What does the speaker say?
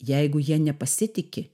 jeigu ja nepasitiki